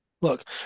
Look